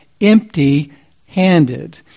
empty-handed